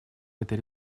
этой